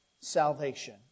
salvation